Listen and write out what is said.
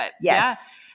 yes